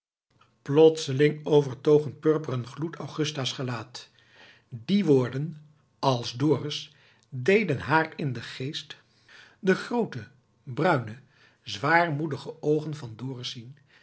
plotseling overtoog een purperen gloed augusta's gelaat die woorden als dorus deden haar in den geest de groote bruine zwaarmoedige oogen van dorus zien